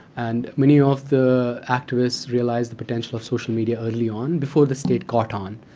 and many of the activists realized the potential of social media early on, before the state caught on.